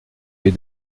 les